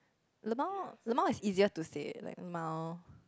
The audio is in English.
lmao is easier to say like lmao